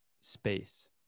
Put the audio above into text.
space